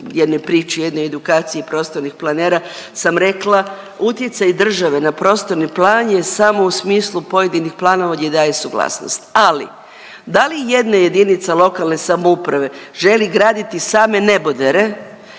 jednoj priči jednoj edukaciji prostornih planera sam rekla utjecaj državi na prostorni plan je samo u smislu pojedinih planova gdje daje suglasnost. Ali da li jedna jedinica lokalne samouprave želi graditi same nebodere